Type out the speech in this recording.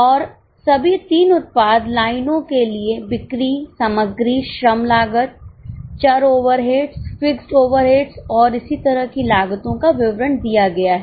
और सभी 3 उत्पाद लाइनों के लिए बिक्री सामग्री श्रम लागत चर ओवरहेड्स फिक्स्ड ओवरहेड्स और इसी तरह की लागतो का विवरण दिया गया है